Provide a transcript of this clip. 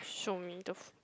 show me the f~